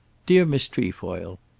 dear miss trefoil,